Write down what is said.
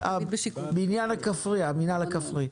אה, המינהל הכפרי.